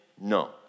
no